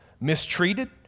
mistreated